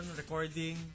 recording